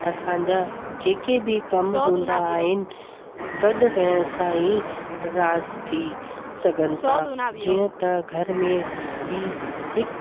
असांजा जेके बि कमु हूंदा आहिनि गॾु रहण सां ई रास थी सघनि था जीअं त घर में बि हिकु